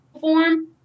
form